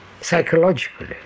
psychologically